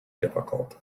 difficult